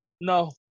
No